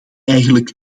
eigenlijk